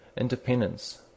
Independence